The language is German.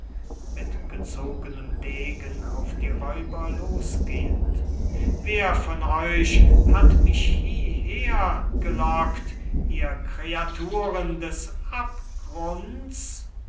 auf die räuber losgehend wer von euch hat mich hieher gelockt ihr kreaturen des abgrunds